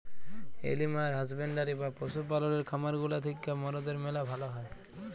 animal husbandry বা পশু পাললের খামার গুলা থিক্যা মরদের ম্যালা ভালা হ্যয়